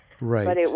Right